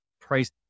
price